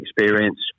experience